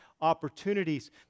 opportunities